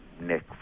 Nick